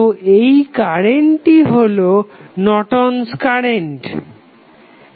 তো এই কারেন্টটিই হলো নর্টন'স কারেন্ট Nortons current